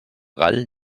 gall